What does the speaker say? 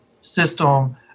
system